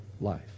Life